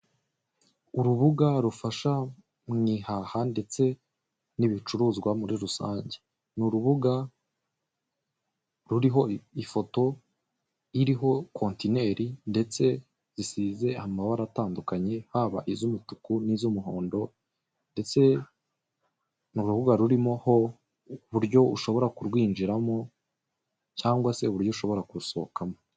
Urubuga rufasha mu ihaha ndetse n'ibicuruzwa muri rusange, ni urubuga ruriho ifoto iriho kontineri ndetse zisize amabara atandukanye haba iz'umutuku niz'umuhondo ndetse ni urubuga rurimoho uburyo ushobora kurwinjiramo cyangwa se uburyo ushobora kurusohokamo.